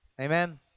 Amen